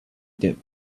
dip